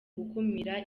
gukumira